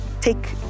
take